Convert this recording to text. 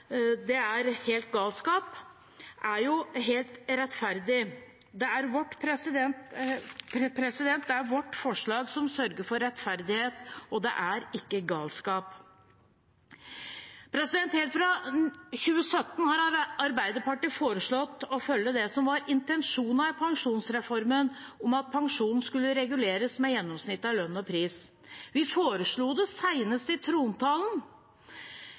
er galskap, er helt rettferdig. Det er vårt forslag som sørger for rettferdighet, og det er ikke galskap. Helt fra 2017 har Arbeiderpartiet foreslått å følge det som var intensjonen i pensjonsreformen, at pensjonen skulle reguleres med gjennomsnittet av lønn og pris. Vi foreslo det senest i